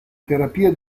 terapia